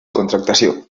contractació